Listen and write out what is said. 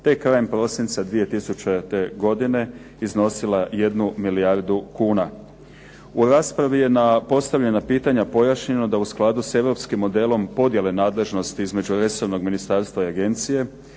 te krajem prosinca 2000. godine iznosila jednu milijardu kuna. U raspravi je na postavljena pitanja pojašnjeno da u skladu s europskim modelom podjele nadležnosti između resornog ministarstva i agencije,